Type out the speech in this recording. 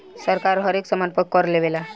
सरकार हरेक सामान पर कर लेवेला